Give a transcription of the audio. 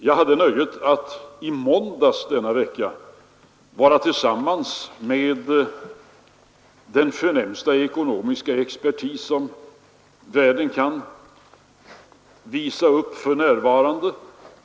Jag hade nöjet att i måndags denna vecka vara tillsammans med den förnämsta ekonomiska expertis som världen för närvarande kan visa upp.